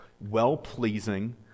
well-pleasing